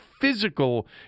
physical